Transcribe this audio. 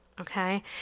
Okay